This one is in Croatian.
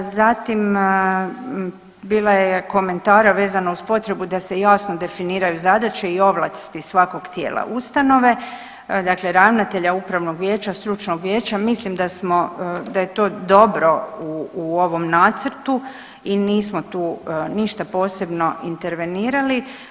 Zatim, bila je komentara vezano uz potrebu da se jasno definiraju zadaće i ovlasti svakog tijela ustanove, dakle ravnatelja, upravnog vijeća, stručnog vijeća, mislim da smo, da je to dobro u ovom nacrtu i nismo tu ništa posebno intervenirali.